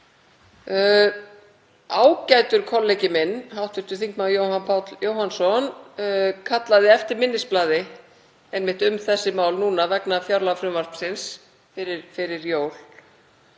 Ágætur kollegi minn, hv. þm. Jóhann Páll Jóhannsson, kallaði eftir minnisblaði um einmitt þessi mál núna vegna fjárlagafrumvarpsins fyrir jól.